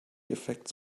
effekts